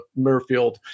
Murfield